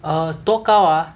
err 多高 ah